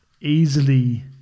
easily